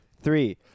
three